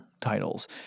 titles